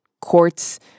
Courts